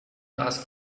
ask